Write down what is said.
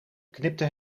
knipte